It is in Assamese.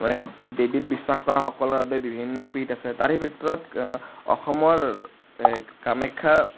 মানে দেৱীত বিশ্ৱাস কৰাসকলৰ বাবে বিভিন্ন পীঠ আছে তাৰে ভিতৰত অসমৰ কামাখ্য়া